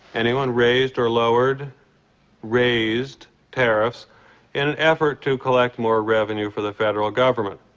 anyone? raised or lowered raised tariffs in an effort to collect more revenue for the federal government.